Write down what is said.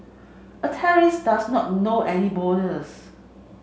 a terrorist does not know any borders